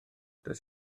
does